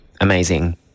Amazing